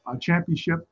championship